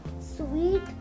sweet